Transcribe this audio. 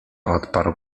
odparł